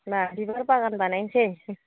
बा बिबार बागान बानायनोसै